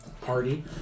party